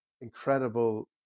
incredible